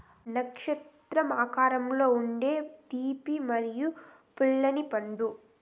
నక్షత్రం ఆకారంలో ఉండే తీపి మరియు పుల్లని పండు